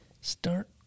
start